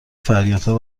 فریادها